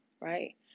right